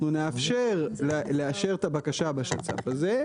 אנחנו נאפשר לאשר את הבקשה בשצ"פ הזה.